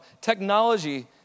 Technology